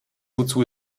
wozu